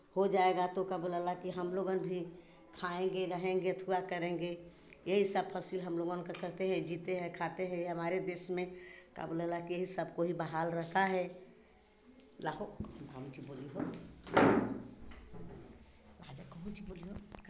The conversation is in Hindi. हो जाएगा तो का बोलेला कि हमलोगन भी खाएंगे रहेंगे अथुआ करेंगे यही सब फसल हमलोगन का करते हैं जीते हैं खाते हैं हमारे देश में का बोलेला कि सब कोई बहाल रहता है रखो हम की बोलिहो आ जे कोनो चीज़ बोलिहो